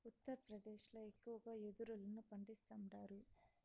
ఉత్తరప్రదేశ్ ల ఎక్కువగా యెదురును పండిస్తాండారు